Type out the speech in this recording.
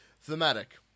thematic